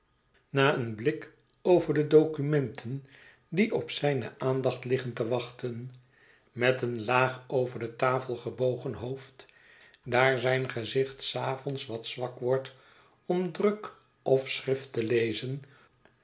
na een blik over de documenten die op zijne aandacht liggen te wachten met een laag over de tafel gebogen hoofd daar zijn gezicht des avonds jjspbjm het verlaten huis wat zwak wordt om druk of schrift te lezen